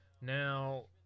Now